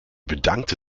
bedankte